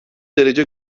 derece